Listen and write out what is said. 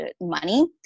money